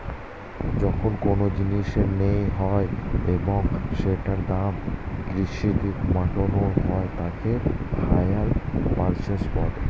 যখন কোনো জিনিস কেনা হয় এবং সেটার দাম কিস্তিতে মেটানো হয় তাকে হাইয়ার পারচেস বলে